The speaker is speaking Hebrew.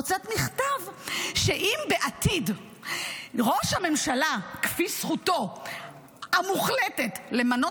הוצאת מכתב שאם בעתיד ראש הממשלה כפי זכותו המוחלטת למנות